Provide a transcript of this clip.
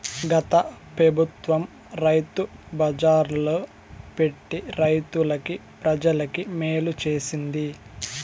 గత పెబుత్వం రైతు బజార్లు పెట్టి రైతులకి, ప్రజలకి మేలు చేసింది